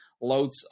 loads